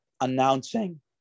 announcing